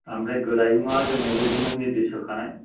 आमफ्राय गोरायुंआ जोंनो बिदिनो निरदिस होखानाय